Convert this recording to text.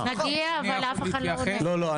מגיע, אבל אף אחד לא עונה.